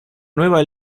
nueva